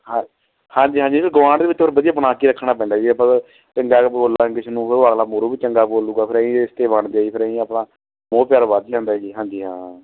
ਹਾਂ ਹਾਂਜੀ ਹਾਂਜੀ ਇਹ ਤਾਂ ਗਵਾਂਢ ਦੇ ਵਿੱਚ ਤੁਹਾਨੂੰ ਵਧੀਆ ਬਣਾ ਕੇ ਰੱਖਣਾ ਪੈਂਦਾ ਜੀ ਆਪਾਂ ਤਾਂ ਚੰਗਾ ਕ ਬੋਲਾਂਗੇ ਕਿਸੇ ਨੂੰ ਅਗਲਾ ਮੂਹਰੋਂ ਵੀ ਚੰਗਾ ਬੋਲੇਗਾ ਫਿਰ ਐਂਈਂ ਰਿਸ਼ਤੇ ਬਣਦੇ ਜੀ ਫੇਰ ਐਂਈਂ ਆਪਣਾ ਮੋਹ ਪਿਆਰ ਵੱਧ ਜਾਂਦਾ ਜੀ ਹਾਂਜੀ ਹਾਂ